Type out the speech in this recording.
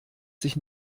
sich